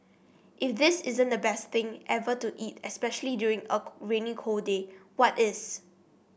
if this isn't the best thing ever to eat especially during a rainy cold day what is